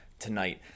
Tonight